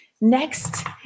next